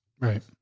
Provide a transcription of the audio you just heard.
Right